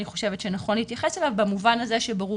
אני חושבת שנכון להתייחס אליו במובן הזה שברור